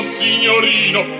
signorino